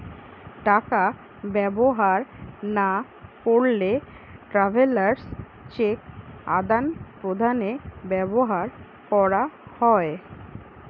টাকা ব্যবহার না করলে ট্রাভেলার্স চেক আদান প্রদানে ব্যবহার করা হয়